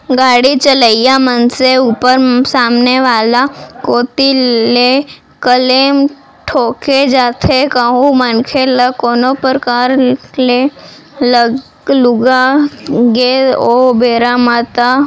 गाड़ी चलइया मनसे ऊपर सामने वाला कोती ले क्लेम ठोंके जाथे कहूं मनखे ल कोनो परकार ले लग लुगा गे ओ बेरा म ता